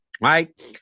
right